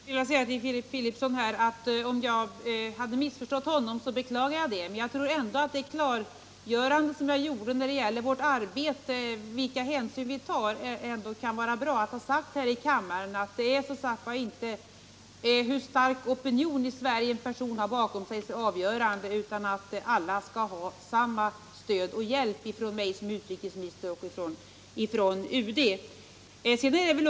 Herr talman! Först vill jag säga till Filip Fridolfsson att jag beklagar om jag har missförstått honom. Men jag tror ändå att det klarläggande jag gjorde när det gäller vilka hänsyn vi tar i vårt arbete kan vara bra att ha framfört här i kammaren. Det avgörande är som sagt inte hur stark opinion i Sverige som en person har bakom sig — alla skall ha samma stöd och hjälp från mig som utrikesminister och från UD.